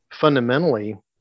fundamentally